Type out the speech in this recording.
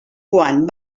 quant